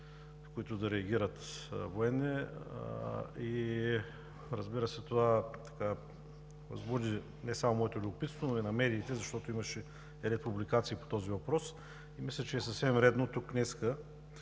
които да реагират. Това буди не само моето любопитство, но и на медиите, защото имаше републикации по този въпрос. Мисля, че е съвсем редно тук да